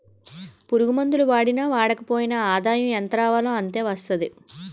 పురుగుమందులు వాడినా వాడకపోయినా ఆదాయం ఎంతరావాలో అంతే వస్తాది